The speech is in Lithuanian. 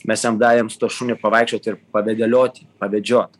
mes jam davėm su tuo šuniu pavaikščiot ir pavedeliot jį pavedžiot